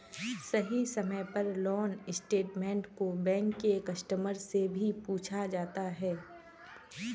सही समय पर लोन स्टेटमेन्ट को बैंक के कस्टमर से भी पूछा जाता है